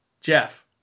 Jeff